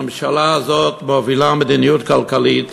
הממשלה הזאת מובילה מדיניות כלכלית